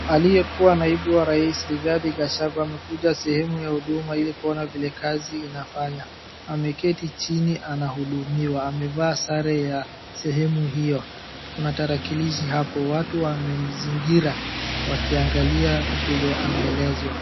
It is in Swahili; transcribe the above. Aliyekuwa naibu ya rais Rigathi Gachangua amekuja sehemu ya huduma ili kuona vile kazi anafanya. Ameketi chini anahudumiwa. Amevaa sare ya sehemu hiyo. Kuna tarakilishi hapo. Watu wamemzingira wakiangalia vile anaelezwa.